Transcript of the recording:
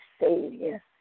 Savior